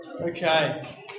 Okay